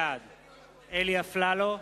בעד אלי אפללו,